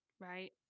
Right